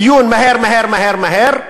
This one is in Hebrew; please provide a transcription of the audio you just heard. דיון מהר מהר מהר מהר,